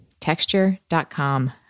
texture.com